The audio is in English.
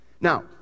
Now